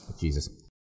Jesus